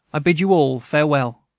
i bid you all farewell!